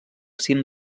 cim